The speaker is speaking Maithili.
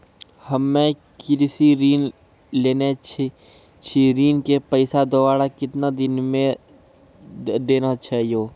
हम्मे कृषि ऋण लेने छी ऋण के पैसा दोबारा कितना दिन मे देना छै यो?